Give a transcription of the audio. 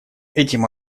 этим